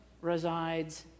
resides